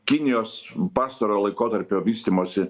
kinijos pastarojo laikotarpio vystymosi